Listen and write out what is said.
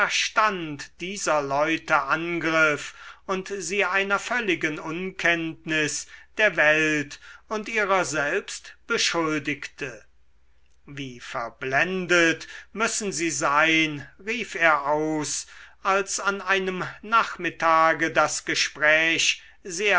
verstand dieser leute angriff und sie einer völligen unkenntnis der welt und ihrer selbst beschuldigte wie verblendet müssen sie sein rief er aus als an einem nachmittage das gespräch